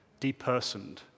depersoned